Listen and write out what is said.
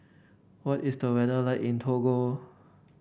what is the weather like in Togo